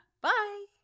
Bye